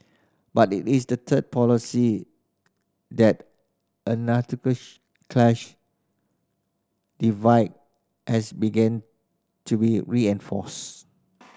but it is the third policy that a class divide has begun to be reinforced